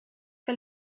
que